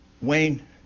Wayne